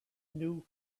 new